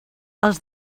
els